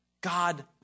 God